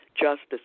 justice